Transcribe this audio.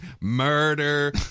murder